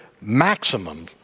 maximum